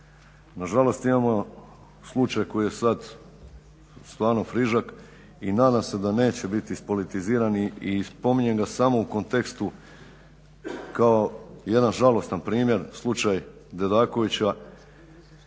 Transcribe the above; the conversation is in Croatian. nažalost imamo slučaj koji je sad stvarno frižak i nadam se da neće ispolitiziran i spominjem ga samo u kontekstu kao jedan žalostan primjer, slučaj Dedakovića.